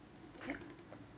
yup